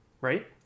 Right